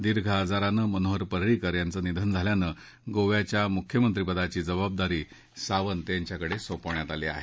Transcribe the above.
दीर्घ आजारानं मनोहर परिंकर यांचं निधन झाल्यानं गोव्याच्या मुख्यमंत्रिपदाची जबाबदारी सावंत यांच्याकडे सोपवण्यात आली आहे